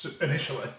initially